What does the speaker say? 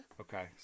Okay